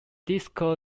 disco